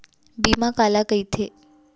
बीमा काला कइथे?